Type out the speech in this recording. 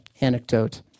anecdote